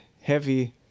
heavy